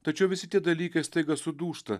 tačiau visi tie dalykai staiga sudūžta